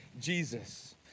Jesus